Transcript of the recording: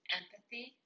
empathy